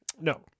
No